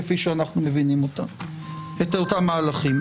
כפי שאנחנו מבינים את אותם מהלכים.